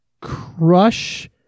crush